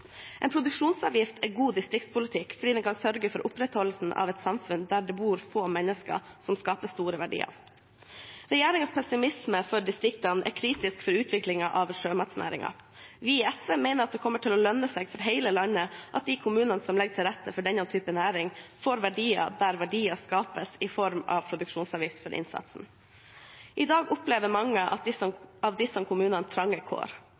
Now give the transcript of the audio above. En produksjonsavgift er god distriktspolitikk fordi den kan sørge for opprettholdelsen av et samfunn der det bor få mennesker som skaper store verdier. Regjeringens pessimisme overfor distriktene er kritisk for utviklingen av sjømatnæringen. Vi i SV mener at det vil lønne seg for hele landet at de kommunene som legger til rette for denne typen næring, får verdier der verdier skapes i form av produksjonsavgift for innsatsen. I dag opplever mange av disse kommunene trange kår.